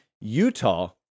Utah